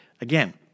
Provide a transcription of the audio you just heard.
Again